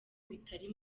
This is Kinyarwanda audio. bitari